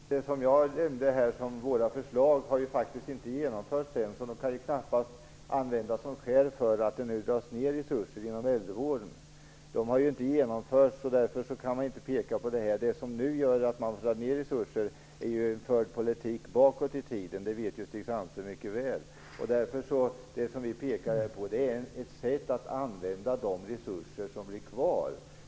Herr talman! Det jag nämnde som våra förslag har ju faktiskt inte genomförts än, så de kan knappast användas som skäl för att resurser inom äldrevården nu dras ner. Det som gör att man drar ner resurser är ju den politik som förts bakåt i tiden. Det vet ju Stig Sandström mycket väl. Därför är det vi pekar på här ett sätt att använda de resurser som blir kvar.